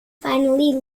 finally